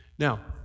Now